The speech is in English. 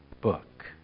book